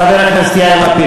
חבר הכנסת יאיר לפיד,